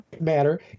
matter